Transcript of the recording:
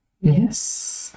Yes